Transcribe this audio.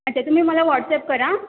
अच्छा तुम्ही मला वॉटसॲप करा